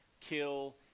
kill